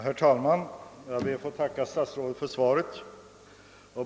Herr talman! Jag ber att få tacka statsrådet för svaret.